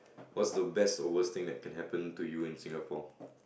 what's the best or worst thing that can happen to you in Singapore